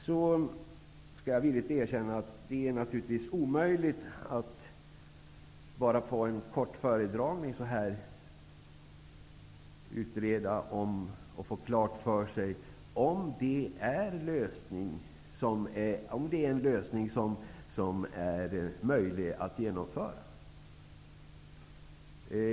Jag skall villigt erkänna att det är omöjligt att efter en sådan här kort föredragning få klart för sig om det är en lösning som är möjlig att genomföra.